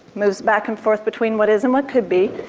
moves back and forth between what is and what could be,